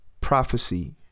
prophecy